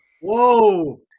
Whoa